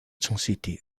city